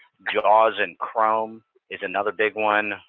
jaws in chrome is another big one.